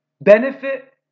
benefit